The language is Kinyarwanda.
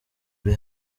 uri